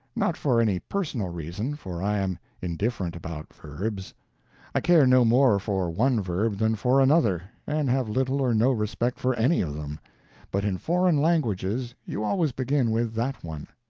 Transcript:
not for any personal reason, for i am indifferent about verbs i care no more for one verb than for another, and have little or no respect for any of them but in foreign languages you always begin with that one.